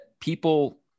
people